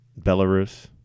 Belarus